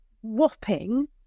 whopping